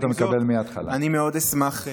אני מאוד אשמח,